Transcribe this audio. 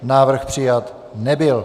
Návrh přijat nebyl.